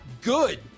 good